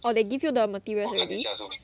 !wah! they give you the materials already